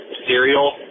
cereal